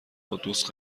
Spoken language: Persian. قدوس